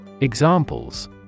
Examples